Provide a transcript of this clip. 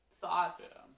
thoughts